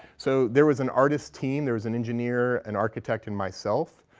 so there was an artist team. there was an engineer, an architect, and myself,